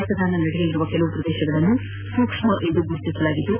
ಮತದಾನ ನಡೆಯಲಿರುವ ಕೆಲವು ಪ್ರದೇಶಗಳನ್ನು ಸೂಕ್ಷ್ಮ ಎಂದು ಗುರುತಿಸಲಾಗಿದ್ದು